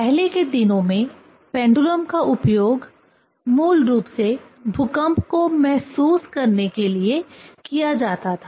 पहले के दिनों में पेंडुलम का उपयोग मूल रूप से भूकंप को महसूस करने के लिए किया जाता था